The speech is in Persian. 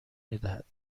میدهد